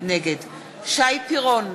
שי פירון,